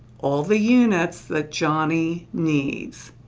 all the units, that johnny needs,